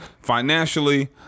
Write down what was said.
financially